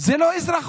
האלה זה לא אזרחות